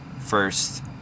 first